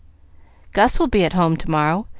gus will be at home to-morrow.